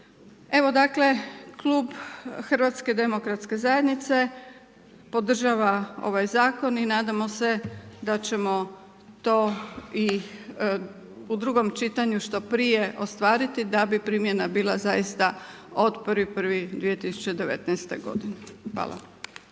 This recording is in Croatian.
Evo, dakle Klub HDZ-a podržava ovaj Zakon i nadamo se da ćemo to i u drugom čitanju što prije ostvariti da bi primjena bila zaista od 1.1.2019. godine. Hvala.